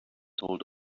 told